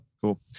Cool